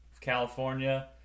california